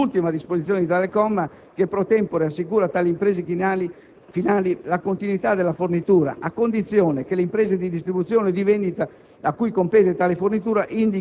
Non siamo invece d'accordo sull'ultima disposizione di tale comma, che *pro tempore* assicura a tali imprese clienti finali la continuità della fornitura, a condizione che le imprese di distribuzione o di vendita